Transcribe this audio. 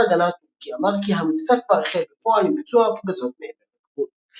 ההגנה הטורקי אמר כי "המבצע כבר החל בפועל עם ביצוע ההפגזות מעבר לגבול".